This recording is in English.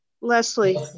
Leslie